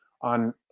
on